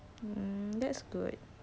oh that's good